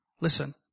listen